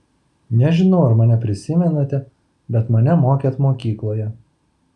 nežinau ar mane prisimenate bet mane mokėt mokykloje